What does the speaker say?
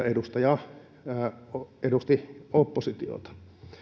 edustaja edusti oppositiota